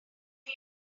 chi